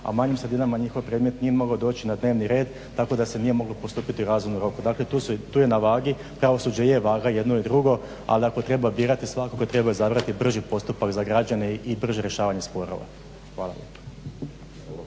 u manjim sredinama njihov predmet nije mogao doći na dnevni red tako da se nije moglo postupiti u razumnom roku. Dakle tu je na vagi. Pravosuđe je vaga jedno i drugo ali ako treba birati svakako treba izabrati brži postupak za građane i brže rješavanje sporova. Hvala.